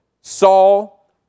Saul